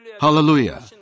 Hallelujah